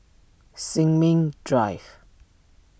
Sin Ming Drive